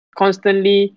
constantly